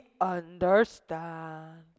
understand